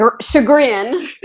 chagrin